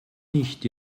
nicht